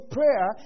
prayer